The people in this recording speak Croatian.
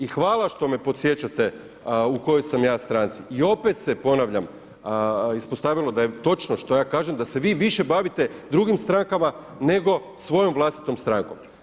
I hvala što me podsjećate u kojoj sam ja stranci i opet se ponavljam, ispostavilo da je točno što ja kažem, da se vi više bavite drugim strankama nego svojom vlastitom strankom.